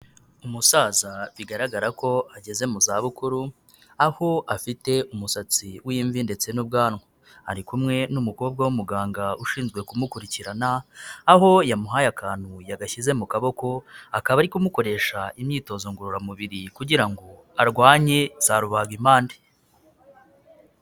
Umusaza bigaragara ko ageze mu za bukuru aho afite umusatsi w'imvi ndetse n'ubwanwa, ari kumwe n'umukobwa w'umuganga ushinzwe kumukurikirana aho yamuhaye akantu yagashyize mu kaboko akaba ari kumukoresha imyitozo ngororamubiri kugira ngo arwanye za rubagmpande.